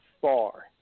far